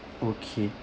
okay